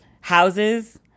houses